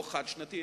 לא חד-שנתי,